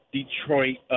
Detroit